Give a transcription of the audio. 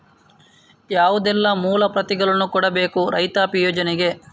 ಯಾವುದೆಲ್ಲ ಮೂಲ ಪ್ರತಿಗಳನ್ನು ಕೊಡಬೇಕು ರೈತಾಪಿ ಯೋಜನೆಗೆ?